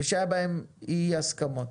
ושהיו בהם אי הסכמות.